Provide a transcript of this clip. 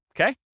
okay